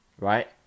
right